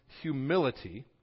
humility